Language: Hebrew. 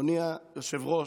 אדוני היושב-ראש,